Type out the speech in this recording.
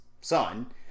son